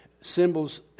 symbols